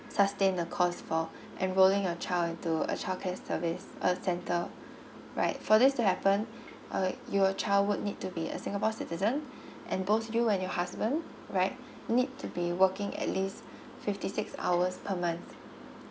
sustain the cost for enrolling your child into a childcare service uh center right for this to happen uh your child would need to be a singapore citizen and both you and your husband right need to be working at least fifty six hours per month